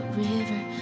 river